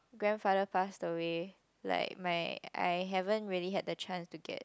grandfather passed away like my I haven't really had the chance to get